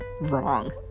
wrong